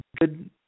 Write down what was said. good